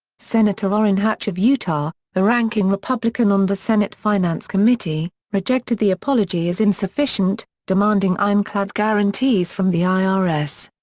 senator orrin hatch of utah, the ranking republican on the senate finance committee, rejected the apology as insufficient, demanding ironclad guarantees from the i r s.